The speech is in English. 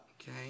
Okay